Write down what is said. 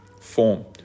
form